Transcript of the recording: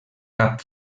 cap